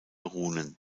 runen